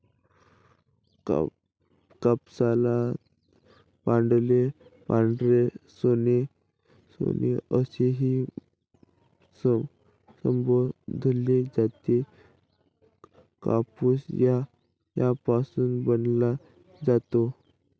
कापसाला पांढरे सोने असेही संबोधले जाते, कापूस यापासून बनवला जातो